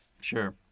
sure